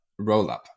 Rollup